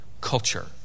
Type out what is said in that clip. culture